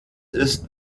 ist